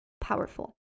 powerful